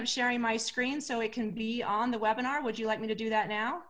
of sharing my screen so it can be on the webinar would you like me to do that now